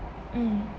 mm